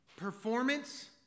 Performance